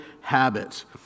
habits